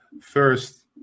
First